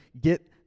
get